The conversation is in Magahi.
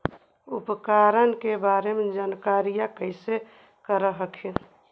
उपकरण के बारे जानकारीया कैसे कर हखिन?